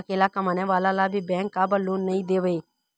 अकेला कमाने वाला ला भी बैंक काबर लोन नहीं देवे?